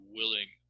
willing